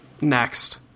Next